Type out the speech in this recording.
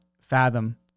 fathom